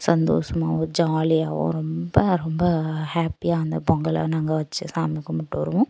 சந்தோஷமாகவும் ஜாலியாகவும் ரொம்ப ரொம்ப ஹேப்பியாக அந்த பொங்கலை நாங்கள் வச்சு சாமி கும்பிட்டு வருவோம்